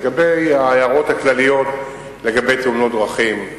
לגבי ההערות בעניין תאונות דרכים,